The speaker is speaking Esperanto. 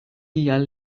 tial